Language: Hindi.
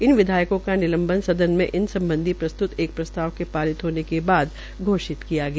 इन विधायकों का निलंबन सदन में इस सम्बधी प्रस्तृत एक प्रस्ताव के पारित होने के बाद घोषित किया गया